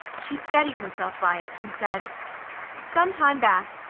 she steadied herself by it and said some time back,